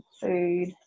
food